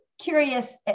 curious